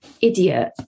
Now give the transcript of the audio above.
idiot